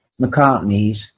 McCartney's